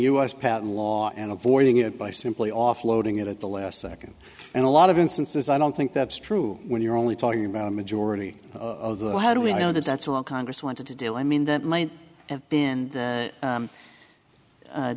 s patent law and avoiding it by simply offloading it at the last second and a lot of instances i don't think that's true when you're only talking about a majority of the how do we know that that's what congress wanted to do i mean that might have been the